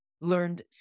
learned